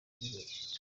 twibeshye